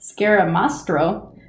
Scaramastro